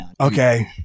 Okay